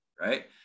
right